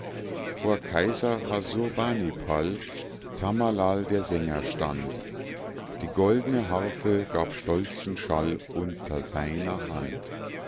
vor kaiser hasurbanipal tamalal der sänger stand die goldne harfe gab stolzen schall unter seiner hand